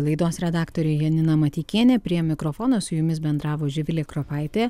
laidos redaktorė janina mateikienė prie mikrofono su jumis bendravo živilė kropaitė